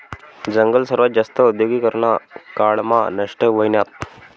जंगल सर्वात जास्त औद्योगीकरना काळ मा नष्ट व्हयनात